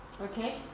Okay